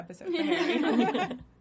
episode